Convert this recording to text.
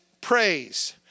praise